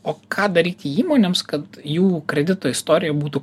o ką daryti įmonėms kad jų kredito istorija būtų